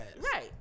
right